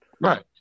Right